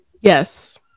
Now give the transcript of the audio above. yes